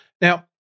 Now